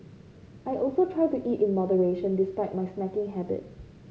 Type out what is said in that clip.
I also try to eat in moderation despite my snacking habit